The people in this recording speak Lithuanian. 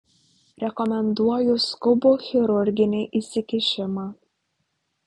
rekomenduoju skubų chirurginį įsikišimą